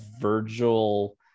virgil